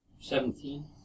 Seventeen